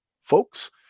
folks